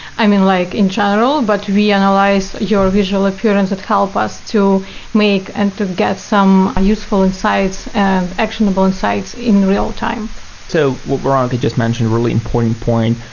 i mean, like in general, but we analyze your visualize appearance that help us to make and to get some useful insights and actionable insights in real time so what veronica just mentioned, really important point.